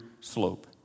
slope